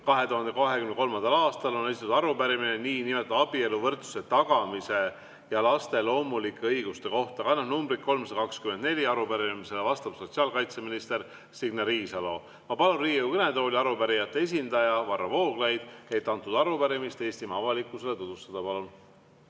2023. aastal esitatud arupärimine niinimetatud abieluvõrdsuse tagamise ja laste loomulike õiguste kohta, [arupärimine] nr 324. Arupärimisele vastab sotsiaalkaitseminister Signe Riisalo. Ma palun Riigikogu kõnetooli, arupärijate esindaja Varro Vooglaid, et antud arupärimist Eestimaa avalikkusele tutvustada. Palun!